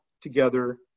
together